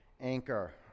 anchor